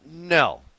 No